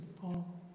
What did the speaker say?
fall